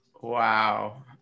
Wow